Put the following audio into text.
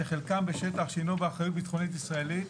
שחלקם בשטח שהינו באחריות ביטחונית ישראלית,